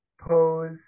pose